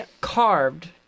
carved